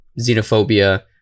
xenophobia